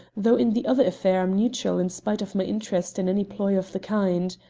though in the other affair i'm neutral in spite of my interest in any ploy of the kind.